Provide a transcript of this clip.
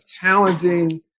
challenging